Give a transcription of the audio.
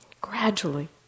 Gradually